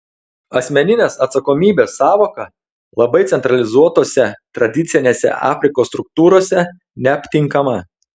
asmeninės atsakomybės sąvoka labai centralizuotose tradicinėse afrikos struktūrose neaptinkama